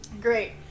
great